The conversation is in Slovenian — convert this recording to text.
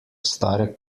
stare